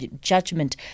judgment